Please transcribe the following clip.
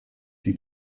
die